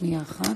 שנייה אחת.